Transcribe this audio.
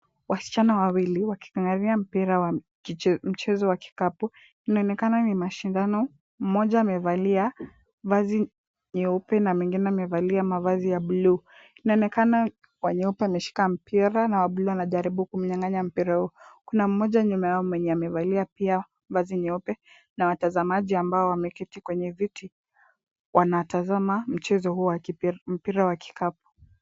Wasichana wawili waking'ang'ania mpira wa mchezo wa kikapu. Inaonekana ni mashindano, mmoja amevalia vazi nyeupe na mwingine amevalia mavazi ya bluu. Inaonekana wa nyeupe ameshika mpira na wa bluu anajaribu kumnyang'anya mpira huu. Kuna mmoja nyuma yao mwenye amevalia pia vazi nyeupe na watazamaji ambao wameketi kwenye viti wanatazama mchezo huu wa mpira wa kikapu.